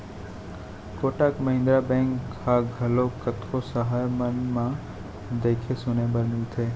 Kotak Mahindra bank ह घलोक कतको सहर मन म देखे सुने बर मिलथे